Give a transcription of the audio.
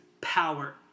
power